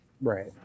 Right